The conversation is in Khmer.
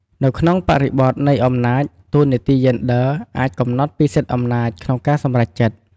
នៅក្នុងបរិបទនៃអំណាច តួនាទីយេនឌ័រអាចកំណត់ពី សិទ្ធិអំណាច ក្នុងការសម្រេចចិត្ត។